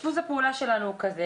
דפוס הפעולה שלנו הוא כזה,